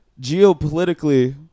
geopolitically